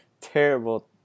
terrible